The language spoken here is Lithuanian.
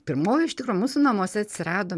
pirmoji iš tikro mūsų namuose atsirado